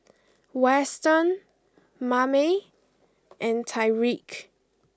Weston Mame and Tyrique